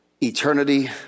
eternity